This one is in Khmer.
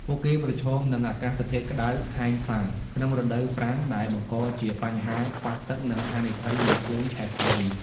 ពួកគេប្រឈមនឹង អាកាសធាតុក្ដៅហែងខ្លាំង ក្នុងរដូវប្រាំង ដែលបង្កជាបញ្ហាខ្វះទឹក និងហានិភ័យនៃភ្លើងឆេះព្រៃ។